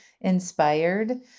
inspired